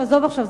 עזוב עכשיו,